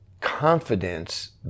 confidence